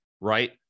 right